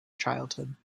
childhood